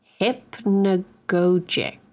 hypnagogic